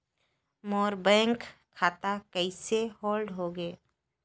मोर bank खाता कइसे hold होगे?